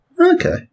Okay